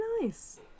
nice